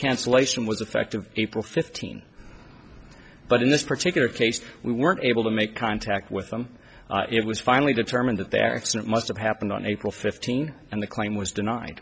cancellation was affected april fifteenth but in this particular case we weren't able to make contact with them it was finally determined that the accident must have happened on april fifteenth and the claim was denied